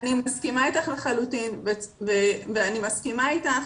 אני מסכימה איתך לחלוטין ואני מסכימה איתך